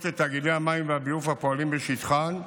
בכך לקלוט את תאגידי המים והביוב הפועלים בשטחן,